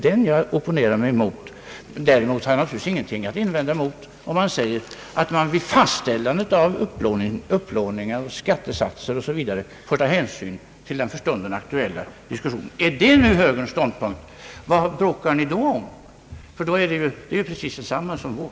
Däremot har jag ingenting att invända mot att man säger, att vi vid fastställande av upplåning, skattesatser osv. får ta hänsyn till den för stunden aktuella situationen. Om detta är moderata samlingspartiets ståndpunkt, vad bråkar man då om? Det är ju precis samma ståndpunkt som vår?